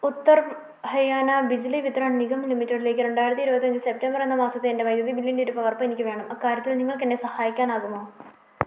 ഉത്തർ ഹരിയാന ബിജ്ലി വിത്രാൻ നിഗം ലിമിറ്റഡിലേക്ക് രണ്ടായിരത്തി ഇരുപത്തി അഞ്ച് സെപ്റ്റംബർ എന്ന മാസത്തെ എൻ്റെ വൈദ്യുതി ബില്ലിൻ്റെ ഒരു പകർപ്പ് എനിക്ക് വേണം അക്കാര്യത്തിൽ നിങ്ങൾക്ക് എന്നെ സഹായിക്കാനാകുമോ